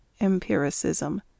Empiricism